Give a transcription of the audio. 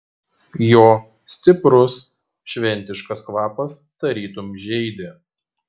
jo stiprus šventiškas kvapas tarytum žeidė